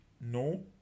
No